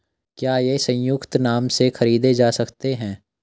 क्या ये संयुक्त नाम से खरीदे जा सकते हैं?